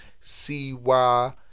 C-Y